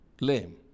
lame